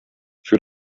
für